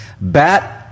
bat-